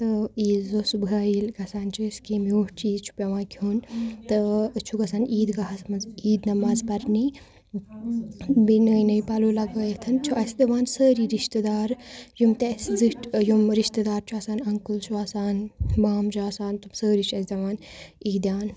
تہٕ عیٖز دۄہ صُبحٲے ییٚلہِ گژھان چھِ أسۍ کینٛہہ میوٗٹھ چیٖز چھُ پٮ۪وان کھیوٚن تہٕ أسۍ چھُ گَژھان عیٖدگاہَس منٛز عیٖد نٮ۪ماز پَرنی بیٚیہِ نٔے نٔے پَلَو لَگٲیِتھ چھُ اَسہِ یِوان سٲری رِشتہٕ دار یِم تہِ اَسہِ زِٹھۍ یِم رِشتہٕ دار چھُ آسان اَنکل چھُ آسان مام چھُ آسان تِم سٲری چھِ اَسہِ دِوان عیٖدیان